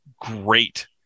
great